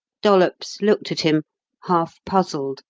dollops looked at him half-puzzled,